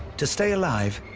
to stay alive,